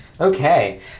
Okay